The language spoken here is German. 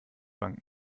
bank